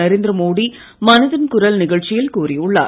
நரேந்திர மோடி மனதின் குரல் நிகழ்ச்சியில் கூறியுள்ளார்